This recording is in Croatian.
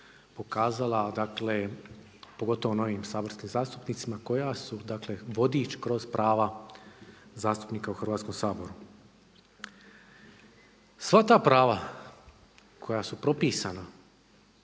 pokazala pogotovo novim saborskim zastupnicima koja su, dakle vodič kroz prava zastupnika u Hrvatskom saboru. Sva ta prava koja su propisana